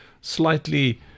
slightly